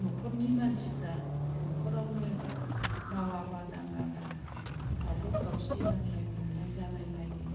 न'खरनि मानसिफ्रा न'खरावनो मावाबा दाङाबा दावराव दावसि नांलाय खमलाय जालाय लायो